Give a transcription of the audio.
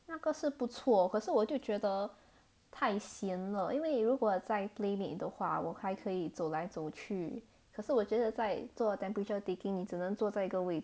那个是不错可是我就觉得太闲了因为如果在 playmade 的话我还可以走来走去可是我觉得在做 temperature taking 你只能坐在一个位